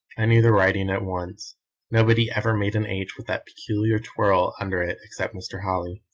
i knew the writing at once nobody ever made an h with that peculiar twirl under it except mr. holly.